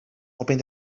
hoping